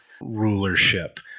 rulership